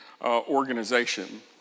organization